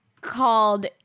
called